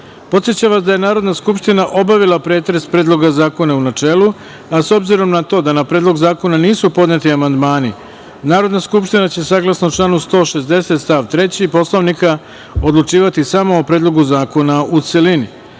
vas da je Narodna skupština obavila pretres Predloga zakona u načelu, a s obzirom na to da na Predlog zakona nisu podneti amandmani, Narodna skupština će, saglasno članu 160. stav 3. Poslovnika, odlučivati samo o Predlogu zakona u